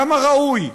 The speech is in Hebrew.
כמה ראוי.